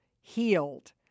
healed